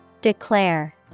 Declare